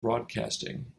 broadcasting